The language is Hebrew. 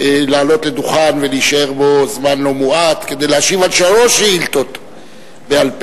לעלות לדוכן ולהישאר בו זמן לא מועט כדי להשיב על שלוש שאילתות בעל-פה,